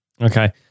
Okay